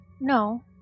No